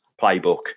playbook